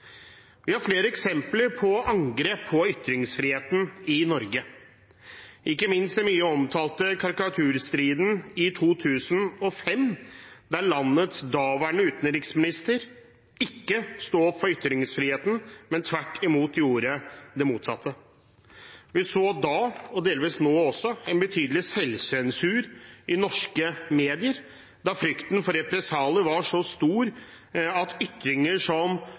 Vi har flere eksempler på angrep på ytringsfriheten i Norge, ikke minst den mye omtalte karikaturstriden i 2005, da landets daværende utenriksminister ikke sto opp for ytringsfriheten, men tvert imot gjorde det motsatte. Vi så da – og delvis nå også – en betydelig selvsensur i norske medier, da frykten for represalier var så stor at ytringer som